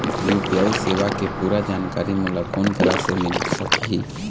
UPI सेवा के पूरा जानकारी मोला कोन करा से मिल सकही?